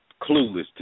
clueless